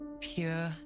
pure